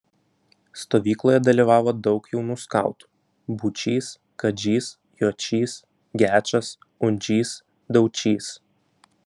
stovykloje dalyvavo daug jaunų skautų būčys kadžys jočys gečas undžys daučys